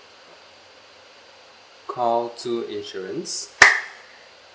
call two insurance